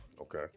Okay